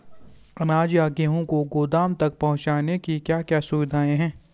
अनाज या गेहूँ को गोदाम तक पहुंचाने की क्या क्या सुविधा है?